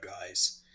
guys